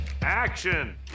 Action